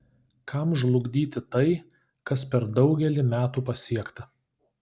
kam žlugdyti tai kas per daugelį metų pasiekta